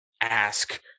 ask